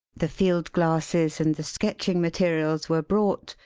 the field glasses and the sketching materials were brought,